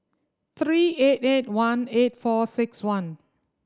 three eight eight one eight four six one